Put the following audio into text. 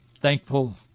thankful